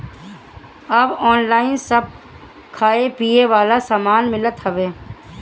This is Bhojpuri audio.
अब ऑनलाइन सब खाए पिए वाला सामान मिलत हवे